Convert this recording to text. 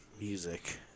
music